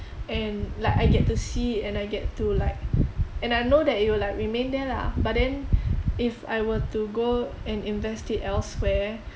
and like I get to see it and I get to like and I know that it will like remain there lah but then if I were to go and invest it elsewhere